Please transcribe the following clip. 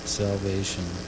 salvation